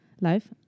life